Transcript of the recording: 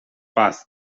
past